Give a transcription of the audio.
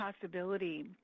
possibility